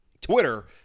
Twitter